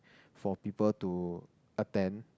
for people to attend